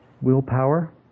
willpower